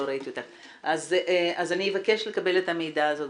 אז אני אבקש לקבל את המידע הזה.